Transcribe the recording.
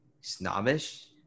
snobbish